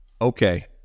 Okay